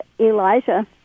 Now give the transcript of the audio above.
Elijah